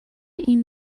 این